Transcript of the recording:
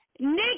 Nick